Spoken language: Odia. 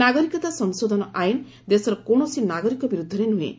ନାଗରିକତା ସଂଶୋଧନ ଆଇନ ଦେଶର କୌଣସି ନାଗରିକ ବିରୁଦ୍ଧରେ ନୁହେଁ